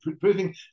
proving